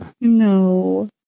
No